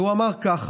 והוא אמר ככה: